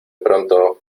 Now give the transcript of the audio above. pronto